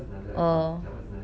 oh